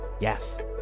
Yes